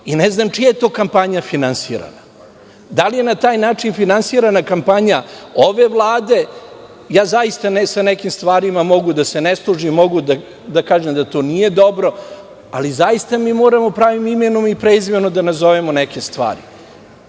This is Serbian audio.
i ne znam čija je to kampanja finansirana? Da li je na taj način finansirana kampanja ove vlade? Zaista, ja sa nekim stvarima mogu da se ne složim, mogu da kažem da to nije dobro, ali mi moramo pravim imenom i prezimenom da nazovemo neke stvari.